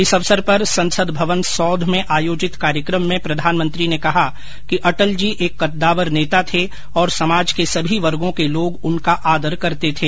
इस अवसर पर संसद भवन सौंध में आयोजित कार्यक्रम में प्रधानमंत्री ने कहा कि अटल जी एक कद्दावर नेता थे और समाज के सभी वर्गों के लोग उनका आदर करते थे